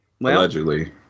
Allegedly